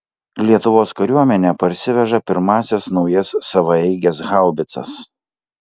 lietuvos kariuomenė parsiveža pirmąsias naujas savaeiges haubicas